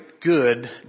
good